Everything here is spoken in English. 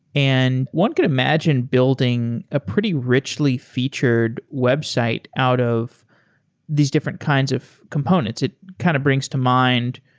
and one can imagine building a pretty richly featured website out of these different kinds of components. it kind of brings to mind,